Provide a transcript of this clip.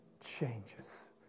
changes